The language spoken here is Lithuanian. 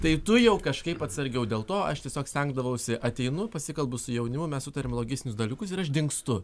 tai tu jau kažkaip atsargiau dėl to aš tiesiog stengdavausi ateinu pasikalbu su jaunimu mes sutariam logistinius dalykus ir aš dingstu